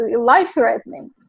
life-threatening